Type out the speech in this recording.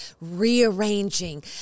rearranging